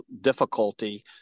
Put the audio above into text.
difficulty